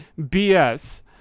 bs